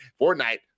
Fortnite